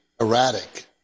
erratic